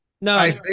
No